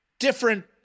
different